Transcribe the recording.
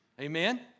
Amen